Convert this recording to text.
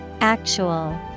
Actual